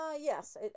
yes